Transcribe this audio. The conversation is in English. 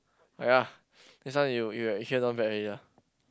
!aiya! this one you you at here not bad already lah